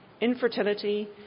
infertility